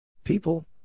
People